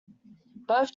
both